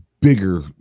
bigger